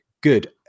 good